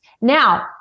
Now